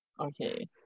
okay